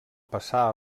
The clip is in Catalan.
passà